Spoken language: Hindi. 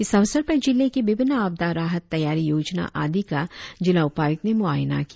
इस अवसर पर जिले के विभिन्न आपदा राहत तैयारी योजना आदि का जिला उपायुक्त ने मुआयना किया